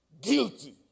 Guilty